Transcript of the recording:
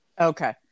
Okay